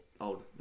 Old